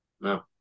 No